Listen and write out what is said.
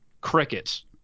crickets